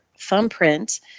thumbprint